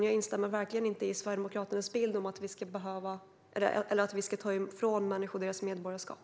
Jag instämmer verkligen inte i Sverigedemokraternas bild av att vi ska ta ifrån människors deras medborgarskap.